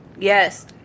Yes